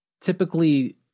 typically